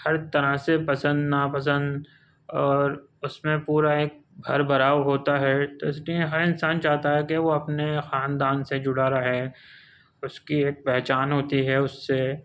ہر طرح سے پسند نا پسند اور اُس میں پورا ایک گھر بھراؤ ہوتا ہے تو اِس لیے ہر انسان چاہتا ہے كہ وہ اپنے خاندان سے جُڑا رہے اُس كی ایک پہچان ہوتی ہے اُس سے